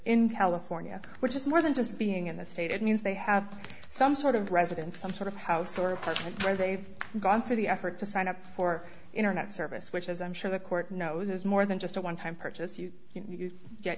in california which is more than just being in the state it means they have some sort of residence some sort of house or apartment where they've gone through the effort to sign up for internet service which as i'm sure the court knows is more than just a one time purchase you